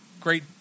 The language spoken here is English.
great